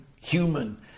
human